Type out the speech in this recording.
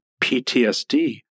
PTSD